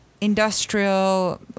industrial